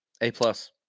A-plus